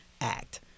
act